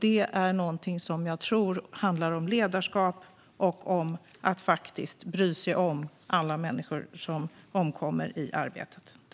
Det är någonting som jag tror handlar om ledarskap och att faktiskt bry sig om alla människor som omkommer i arbetet.